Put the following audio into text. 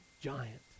giant